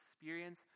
experience